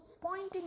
pointing